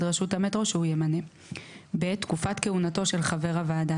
רשות המטרו שהוא ימנה ; (ב) תקופת כהונתו של חבר הוועדה,